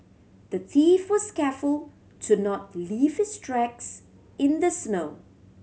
the thief was careful to not leave his tracks in the snow